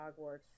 Hogwarts